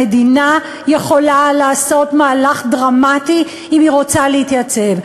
המדינה יכולה לעשות מהלך דרמטי אם היא רוצה להתייצב.